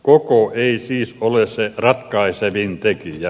koko ei siis ole se ratkaisevin tekijä